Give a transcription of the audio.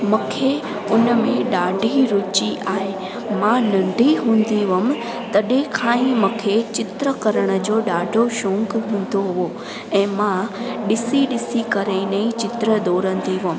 मूंखे उनमें ॾाढी रुची आहे मां नंढी हूंदी हुयमि तॾहिं खां ई मूंखे चित्र करण जो ॾाढो शौंक़ु हूंदो हो ऐं मां ॾिसी ॾिसी करे इन ई चित्र दोरंदी हुयमि